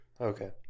Okay